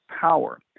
power –